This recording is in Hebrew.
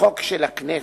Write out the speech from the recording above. חוק של הכנסת,